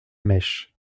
mèche